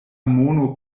mono